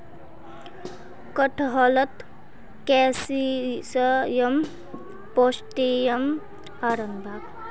कटहलत calcium potassium iron folic acid magnesium आदि ह छे